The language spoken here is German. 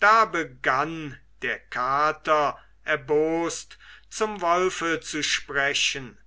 da begann der kater erbost zum wolfe zu sprechen